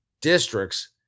districts